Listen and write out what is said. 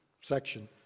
section